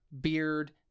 beard